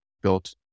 built